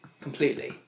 completely